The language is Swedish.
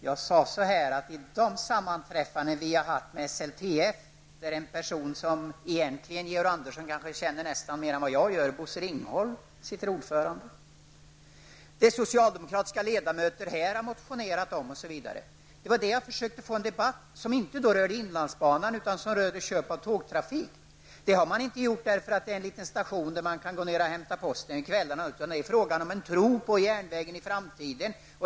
Jag nämnde att det vid de sammanträffanden vi har haft med SLTF -- där en person som Georg Andersson egentligen kanske känner mer än jag gör sitter ordförande, nämligen Bosse Ringholm -- har framkommit vad socialdemokratiska ledamöter har motionerat om. Det var det jag försökte få en debatt om, en debatt som inte rörde inlandsbanan, utan som rörde köp av tågtrafik. Man har inte motionerat för att det gäller en liten station där man kan gå ner och hämta posten på kvällarna, utan det är fråga om en tro på järnvägen i framtiden.